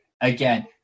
again